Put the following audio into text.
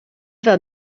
fel